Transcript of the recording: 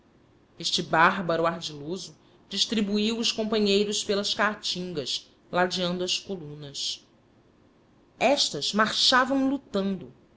cavernas este bárbaro ardiloso distribuiu os companheiros pelas caatingas ladeando as colunas estas marchavam lutando